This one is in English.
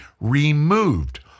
removed